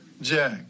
Jack